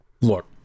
Look